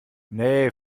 nee